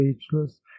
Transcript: speechless